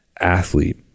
athlete